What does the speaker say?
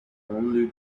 only